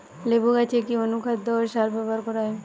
লেবু গাছে কি অনুখাদ্য ও সার ব্যবহার করা হয়?